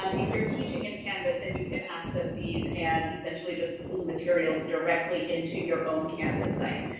um if you're teaching in canvas, then you can access these and essentially just pool materials directly into your own canvas site.